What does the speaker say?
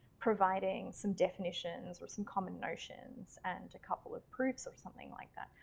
providing some definitions or some common notions and a couple of proofs or something like that.